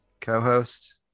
co-host